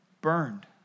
burned